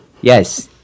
yes